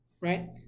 Right